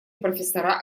профессора